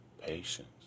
patience